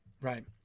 Right